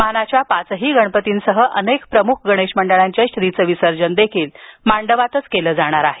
मानाच्या पाचही गणपतींसह अनेक प्रमुख गणेश मंडळांच्या श्रीचं विसर्जन देखील मांडवातच केलं जाणार आहे